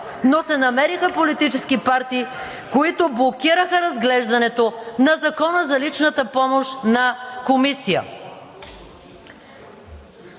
но се намериха политически партии, които блокираха разглеждането на в Закона за личната помощ в Комисията.